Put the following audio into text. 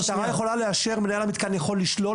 המשטרה יכולה לאשר, מנהל המתקן יכול לשלול.